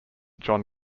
john